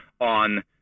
on